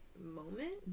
moment